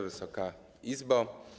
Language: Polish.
Wysoka Izbo!